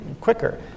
quicker